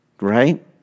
Right